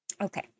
Okay